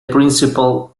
principal